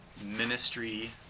ministry